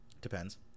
Depends